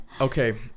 Okay